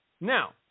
Now